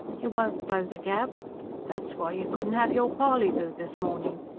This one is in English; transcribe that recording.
you won't blow the gab that's why you couldn't have your parleyvoo this morning.